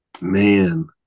Man